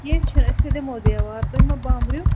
کینٛہہ چھِنہٕ أسۍ تہِ دِمو دیوار تُہۍ مہٕ بامبرِو